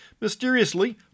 mysteriously